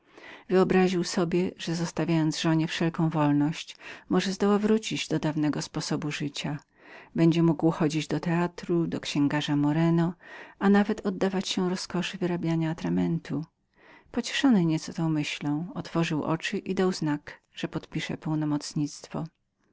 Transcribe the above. spokojność pojął że zostawiając żonie wszelką wolność może zdoła wrócić do dawnego sposobu życia będzie mógł chodzić na teatr do księgarza moreno a nawet oddawać się rozkoszy wyrabiania atramentu pocieszony nieco tą myślą otworzył oczy i dał znak że podpisze pełnomocnictwo w